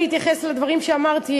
אני רוצה רק להתייחס לדברים שאמרת.